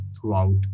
throughout